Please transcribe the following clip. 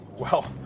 well,